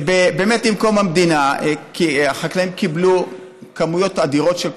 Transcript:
באמת עם קום המדינה החקלאים קיבלו כמויות אדירות של קרקע,